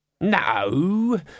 No